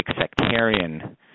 sectarian